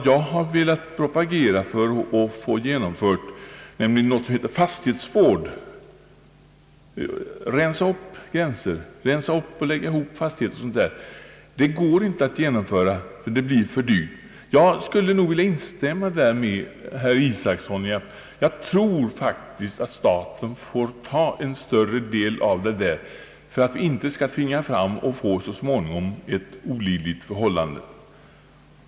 Jag har propagerat för någonting som kallas fastighetsvård — att rensa upp gränserna, lägga ihop fastigheter etc. — men det går inte att genomföra dessa eftersom kostnaderna blir för höga. Jag skulle i det fallet vilja instämma med herr Isacson — jag tror faktiskt att staten får ta en större del av kostnaderna om vi inte genom underlåtenhet skall tvinga fram och så småningom få olidliga förhållanden.